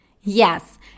Yes